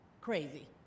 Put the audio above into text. crazy